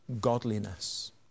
godliness